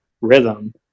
rhythm